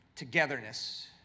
Togetherness